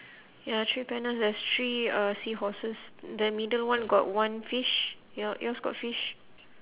ya three panels there's three uh seahorses the middle one got one fish your yours got fish